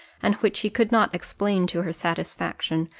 and which he could not explain to her satisfaction,